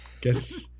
guess